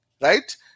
right